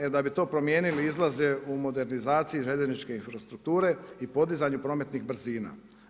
E da bi to promijenili izlaze u modernizaciji željezničke infrastrukture i podizanju prometnih brzina.